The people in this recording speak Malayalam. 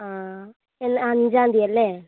ആ അഞ്ചാം തീയതി അല്ലേ